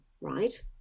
right